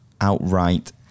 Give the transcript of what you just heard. outright